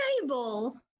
table